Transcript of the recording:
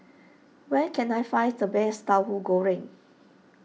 where can I find the best Tauhu Goreng